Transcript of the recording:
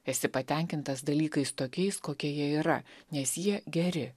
kai esi patenkintas dalykais tokiais kokie jie yra nes jie geri